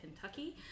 Kentucky